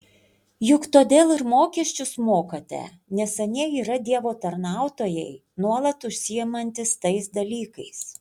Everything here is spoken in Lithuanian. juk todėl ir mokesčius mokate nes anie yra dievo tarnautojai nuolat užsiimantys tais dalykais